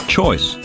Choice